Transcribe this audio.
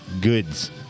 Goods